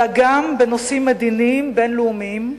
אלא גם בנושאים מדיניים בין-לאומיים,